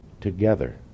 together